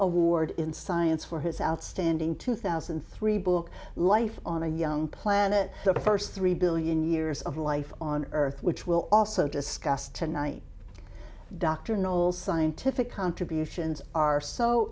award in science for his outstanding two thousand and three book life on a young planet the first three billion years of life on earth which we'll also discuss tonight dr noll scientific contributions are so